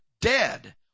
dead